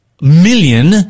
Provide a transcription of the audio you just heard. million